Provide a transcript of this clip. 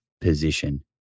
position